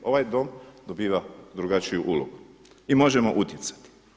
Ovaj Dom dobiva drugačiju ulogu i možemo utjecati.